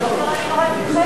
לא נראה לי נורא אם תדחה את זה.